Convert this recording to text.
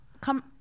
come